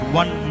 one